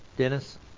Dennis